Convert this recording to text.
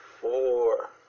four